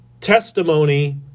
testimony